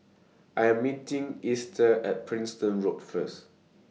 I'm meeting Easter At Preston Road First